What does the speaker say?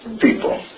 people